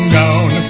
down